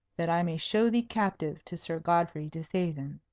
that i may show thee captive to sir godfrey disseisin.